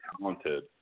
talented